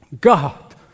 God